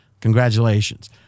congratulations